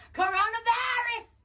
coronavirus